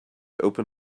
open